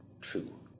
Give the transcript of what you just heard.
true